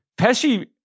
Pesci